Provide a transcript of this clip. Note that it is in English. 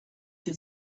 you